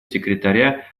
секретаря